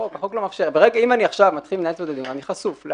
האם החוק לא מאפשר לכם?